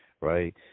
right